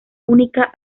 única